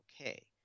okay